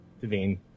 Devine